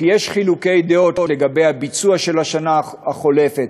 כי יש חילוקי דעות לגבי הביצוע של השנה החולפת,